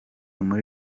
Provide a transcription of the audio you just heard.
muri